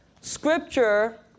scripture